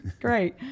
great